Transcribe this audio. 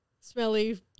smelly